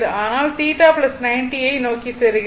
ஆனால் θ 90o யை நோக்கி செல்கிறது